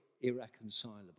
irreconcilable